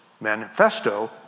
manifesto